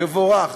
יבורך.